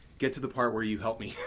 get to the part where you help me.